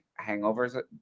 hangovers